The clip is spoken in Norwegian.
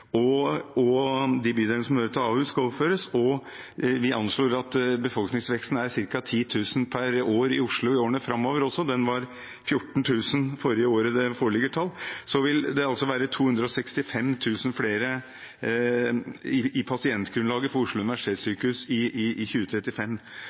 til Oslo, de bydelene som hører til Ahus, skal overføres, og vi anslår at befolkningsveksten er ca. 10 000 per år i Oslo i årene framover – den var på 14 000 forrige år det foreligger tall for – vil det altså være 265 000 flere i pasientgrunnlaget for Oslo